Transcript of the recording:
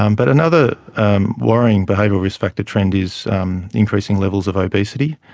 um but another um worrying behavioural risk factor trend is um increasing levels of obesity.